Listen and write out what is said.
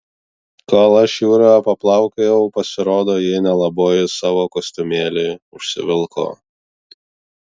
kol aš jūroje paplaukiojau pasirodo ji nelaboji savo kostiumėlį užsivilko